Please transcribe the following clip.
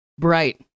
bright